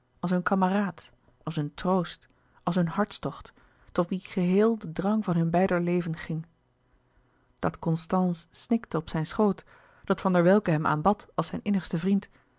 als hun kameraad als hun troost als hun hartstocht tot wien geheel de drang van hun beider leven ging dat constance snikte op zijn schoot dat van der welcke hem aanbad als zijn innigste vriend